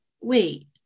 wait